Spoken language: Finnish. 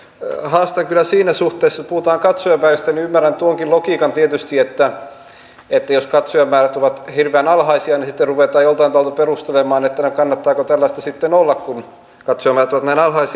haastan kyllä siinä suhteessa puhutaan katsojamääristä ymmärrän tuonkin logiikan tietysti että jos katsojamäärät ovat hirveän alhaisia niin sitten ruvetaan jollain tavalla perustelemaan kannattaako tällaista sitten olla kun katsojamäärät ovat näin alhaisia